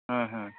ହଁ ହଁ